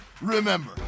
remember